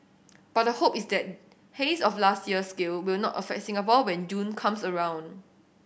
but the hope is that haze of last year's scale will not affect Singapore when June comes around